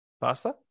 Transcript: Faster